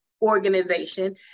organization